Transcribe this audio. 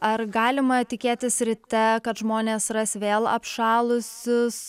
ar galima tikėtis ryte kad žmonės ras vėl apšalusius